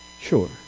Sure